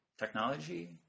Technology